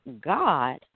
God